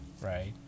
right